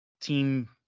team